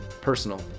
personal